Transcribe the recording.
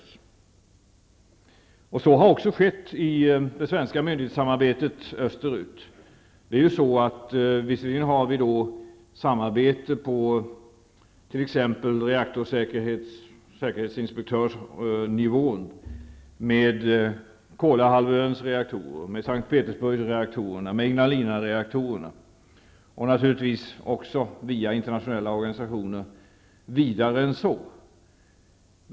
Så har också skett i det svenska myndighetssamarbetet österut. Vi har samarbete när det gäller t.ex. Ignalinas reaktorer och via internationella organisationer vidare än så.